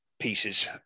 pieces